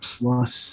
plus